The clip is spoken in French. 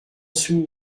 sous